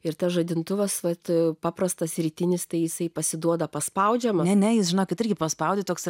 ir tas žadintuvas vat paprastas rytinis tai jisai pasiduoda paspaudžia mane ne jis žinokit irgi paspaudė toks